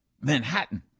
Manhattan